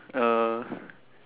uh